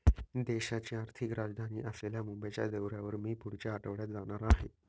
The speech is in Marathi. देशाची आर्थिक राजधानी असलेल्या मुंबईच्या दौऱ्यावर मी पुढच्या आठवड्यात जाणार आहे